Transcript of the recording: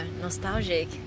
nostalgic